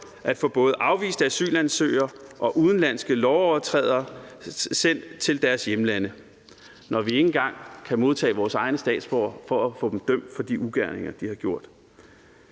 at få både afviste asylansøgere og udenlandske lovovertrædere sendt til deres hjemlande, når vi ikke engang kan modtage vores egne statsborgere for at få dem dømt for de ugerninger, de har gjort.